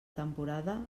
temporada